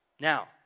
now